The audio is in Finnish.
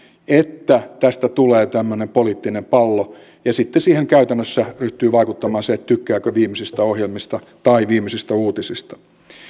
että tästä tulee tämmöinen poliittinen pallo ja sitten siihen käytännössä ryhtyy vaikuttamaan se tykkääkö viimeisistä ohjelmista tai viimeisistä uutisista